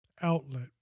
outlet